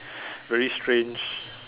very strange